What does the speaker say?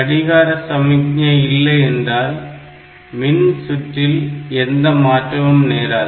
கடிகார சமிக்ஞை இல்லை என்றால் மின் சுற்றில் எந்த மாற்றமும் நேராது